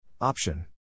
Option